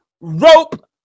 rope